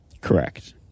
Correct